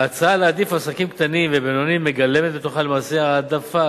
ההצעה להעדיף עסקים קטנים ובינוניים מגלמת בתוכה למעשה העדפה